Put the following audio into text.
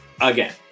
again